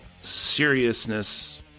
seriousness